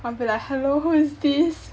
I'll be like hello who is this